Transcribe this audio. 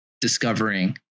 discovering